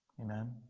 Amen